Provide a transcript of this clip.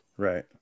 Right